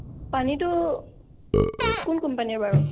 পানীটো কোন কোম্পানীৰ বাৰু